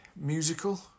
musical